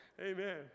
Amen